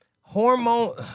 Hormone